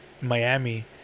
Miami